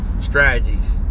strategies